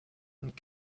and